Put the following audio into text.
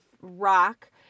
rock